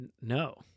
No